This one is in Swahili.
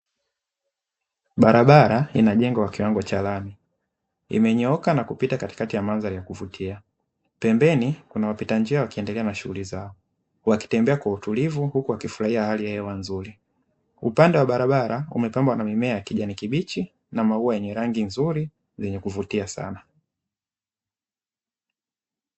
Barabara inajengwa kwa kiwango cha lami, imenyooka na kupita katikati ya mandhari kuvutia. Pembeni kuna wapita njia wakiendelea na shughuli zao, wakitembea kwa utulivu, huku wakifurahia hali ya hewa nzuri. Upande wa barabara kumepambwa na mimea ya kijani kibichi na maua yenye rangi nzuri zenye kuvutia sana.